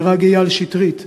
נהרג אייל שטרית,